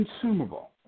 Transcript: consumable